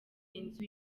inzu